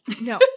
no